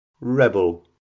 rebel